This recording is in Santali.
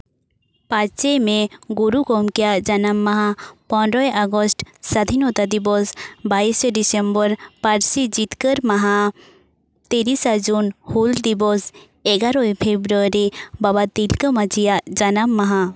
ᱯᱟᱸᱪᱮᱭ ᱢᱮ ᱜᱩᱨᱩ ᱜᱚᱢᱠᱮᱭᱟᱜ ᱡᱟᱱᱟᱢ ᱢᱟᱦᱟ ᱯᱚᱱᱨᱚᱭ ᱟᱜᱚᱥᱴ ᱥᱟᱫᱷᱤᱱᱚᱛᱟ ᱫᱤᱵᱚᱥ ᱵᱟᱭᱤᱥᱮ ᱰᱤᱥᱮᱢᱵᱚᱨ ᱯᱟᱹᱨᱥᱤ ᱡᱤᱛᱠᱟᱹᱨ ᱢᱟᱦᱟ ᱛᱤᱨᱤᱥᱟ ᱡᱩᱱ ᱦᱩᱞ ᱫᱤᱵᱚᱥ ᱮᱜᱟᱨᱚᱭ ᱯᱷᱮᱵᱨᱩᱣᱟᱨᱤ ᱵᱟᱵᱟ ᱛᱤᱞᱠᱟᱹ ᱢᱟ ᱡᱷᱤᱭᱟᱜ ᱡᱟᱱᱟᱢ ᱢᱟᱦᱟ